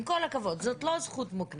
עם כל הכבוד, זאת לא זכות מוקנית.